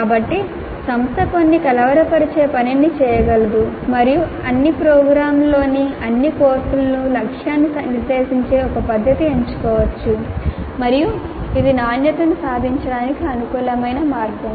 కాబట్టి సంస్థ కొన్ని కలవరపరిచే పనిని చేయగలదు మరియు అన్ని ప్రోగ్రామ్లలోని అన్ని కోర్సులకు లక్ష్యాన్ని నిర్దేశించే ఒక పద్ధతిని ఎంచుకోవచ్చు మరియు ఇది నాణ్యతను సాధించడానికి అనుకూలమైన మార్గం